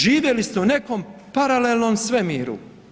Živjeli ste u nekom paralelnom svemiru.